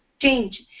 change